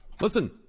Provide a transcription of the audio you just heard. Listen